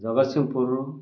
ଜଗସିଂହପୁରୁ